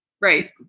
Right